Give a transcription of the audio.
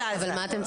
מה שאני צריך.